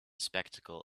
spectacle